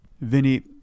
Vinny